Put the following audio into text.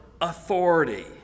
authority